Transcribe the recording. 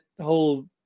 whole